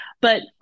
but-